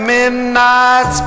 Midnight